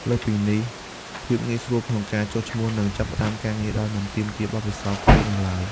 លើសពីនេះ ភាពងាយស្រួលក្នុងការចុះឈ្មោះ និងចាប់ផ្តើមការងារដោយមិនទាមទារបទពិសោធន៍ខ្ពស់នោះឡើយ។